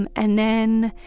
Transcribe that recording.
and and then,